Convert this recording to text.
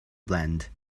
blend